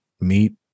meet